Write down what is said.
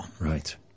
Right